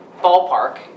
ballpark